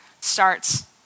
starts